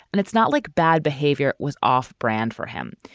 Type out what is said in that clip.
and it's not like bad behavior was off brand for him.